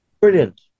Brilliant